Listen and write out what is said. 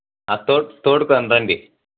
తోడ్ తోడుకోని రండి